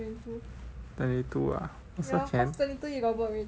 twenty two ah also can